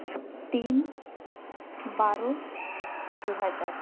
ᱛᱤᱱ ᱵᱟᱨᱚ ᱫᱩ ᱦᱟᱡᱟᱨ